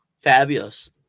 Fabulous